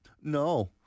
No